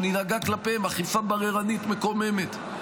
שננהגה כלפיהם אכיפה בררנית מקוממת.